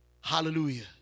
Hallelujah